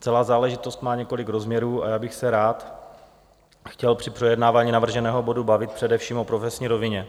Celá záležitost má několik rozměrů a já bych se rád chtěl při projednávání navrženého bodu bavit především o profesní rovině.